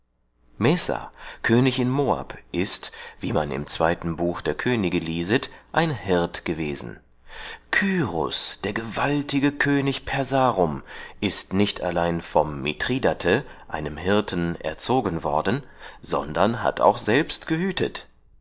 in moab ist wie man im zweiten buch der könige lieset ein hirt gewesen cyrus der gewaltige könig persarum ist nicht allein vom mithridate einem hirten erzogen worden sondern hat auch selbst gehütet